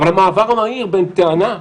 המעבר המהיר בין טענה,